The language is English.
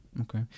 okay